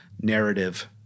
narrative